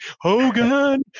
Hogan